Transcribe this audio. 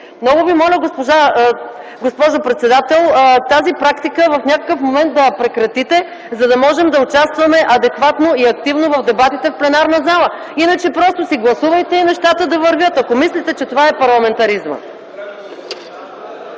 Много ви моля, госпожо председател, тази практика в някакъв момент да я прекратите, за да можем да участваме адекватно и активно в дебатите в пленарната зала. Иначе просто си гласувайте и нещата да вървят, ако мислите, че това е парламентаризмът!